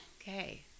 Okay